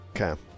Okay